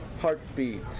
heartbeat